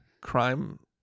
Crime